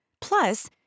Plus